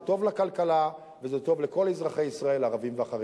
זה טוב לכלכלה וזה טוב לכל אזרחי ישראל הערבים והחרדים.